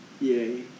Yay